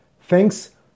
Thanks